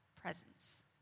presence